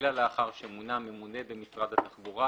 אלא לאחר שימונה ממונה במשרד התחבורה